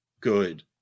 good